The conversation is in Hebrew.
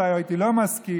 אולי הייתי לא מסכים,